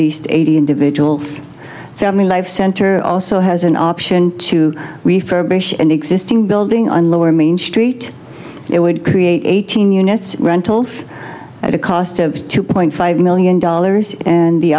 least eighty individuals family life center also has an option to refurbish an existing building on lower main street it would create eighteen units rentals at a cost of two point five million dollars and the